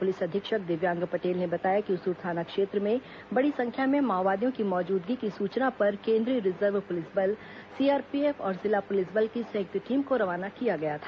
police अधीक्षक दिव्यांग पटेल ने बताया कि उसूर थाना क्षेत्र में बड़ी संख्या में माओवादियों की मौजूदगी की सूचना पर केंद्रीय रिजर्व पुलिस बल सीआरपीएफ और जिला पुलिस बल की संयुक्त टीम को रवाना किया गया था